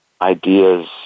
ideas